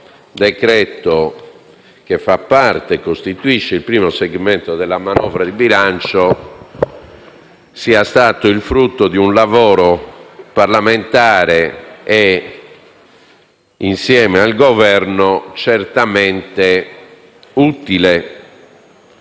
decreto-legge, che fa parte e costituisce il primo segmento della manovra di bilancio, sia il frutto di un lavoro parlamentare, che è stato svolto insieme al Governo, certamente utile,